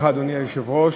אדוני היושב-ראש,